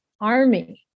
army